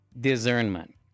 discernment